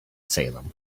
salem